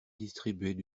distribuaient